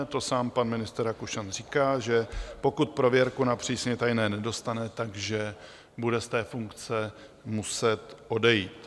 To sám pan ministr Rakušan říká, že pokud prověrku na přísně tajné nedostane, tak že bude z té funkce muset odejít.